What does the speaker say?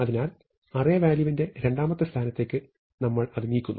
അതിനാൽ അറേ വാല്യൂവിന്റെ രണ്ടാമത്തെ സ്ഥാനത്തേക്ക് നമ്മൾ അത് നീക്കുന്നു